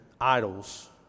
idols